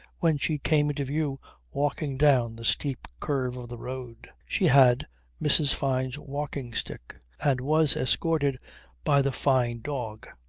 when she came into view walking down the steep curve of the road. she had mrs. fyne's walking-stick and was escorted by the fyne dog.